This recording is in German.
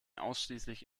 ausschließlich